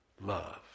love